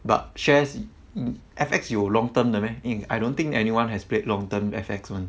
but shares F_X 有 long term 的 meh i~ I don't think anyone has played long term F_X one